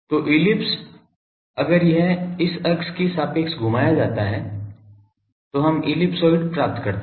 तो इलिप्स अगर यह इस अक्ष के सापेक्ष घुमाया जाता है तो हम इलिप्सॉइड प्राप्त करते हैं